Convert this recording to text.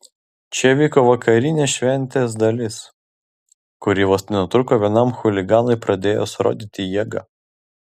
čia vyko vakarinė šventės dalis kuri vos nenutrūko vienam chuliganui pradėjus rodyti jėgą